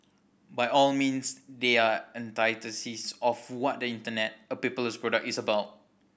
by all means they are antithesis of what the Internet a paperless product is about